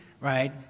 right